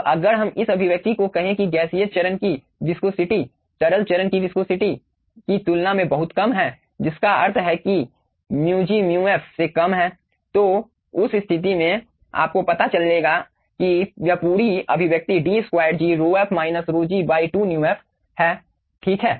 अब अगर हम इस अभिव्यक्ति में कहें कि गैसीय चरण की विस्कोसिटी तरल चरण की विस्कोसिटी की तुलना में बहुत कम है जिसका अर्थ है कि μg μf से कम है तो उस स्थिति में आपको पता चलेगा कि यह पूरी अभिव्यक्ति d2g ρf minus ρg 12 μf हैं ठीक है